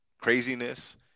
craziness